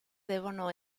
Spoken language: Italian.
devono